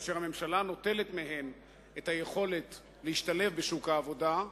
כאשר הממשלה נוטלת מהן את היכולת להשתלב בשוק העבודה,